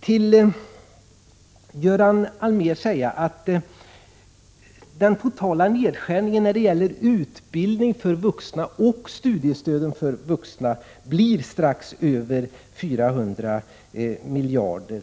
Till Göran Allmér vill jag säga: Den totala nedskärningen när det gäller utbildning för vuxna och studiestödet för vuxna blir strax över 400 miljoner.